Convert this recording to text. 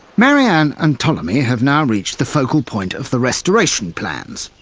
marianne and ptolemy have now reached the focal point of the restoration plans.